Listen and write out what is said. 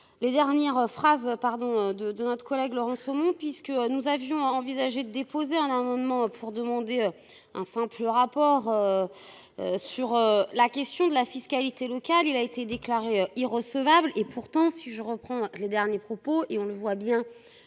Les dernières phrases pardon de de notre collègue Laurent Somon puisque nous avions envisagé de déposer un amendement pour demander un simple rapport. Sur la question de la fiscalité locale. Il a été déclaré Heroes. Solvable et pourtant si je reprends les derniers propos et on le voit bien